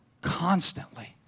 constantly